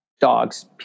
dogs